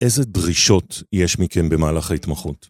איזה דרישות יש מכם במהלך ההתמחות?